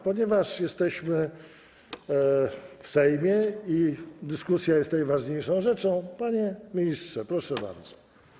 Ponieważ jesteśmy w Sejmie i dyskusja jest najważniejszą rzeczą, panie ministrze, proszę bardzo.